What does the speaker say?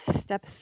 Step